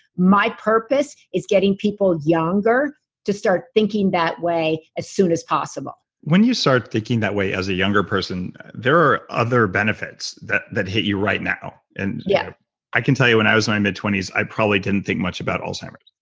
my purpose is getting people younger to start thinking that way as soon as possible when you start thinking that way as a younger person there are other benefits that that hit you right now. and yeah i can tell you when i was in my mid twenty s i probably didn't think much about alzheimer's.